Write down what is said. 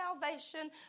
salvation